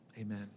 amen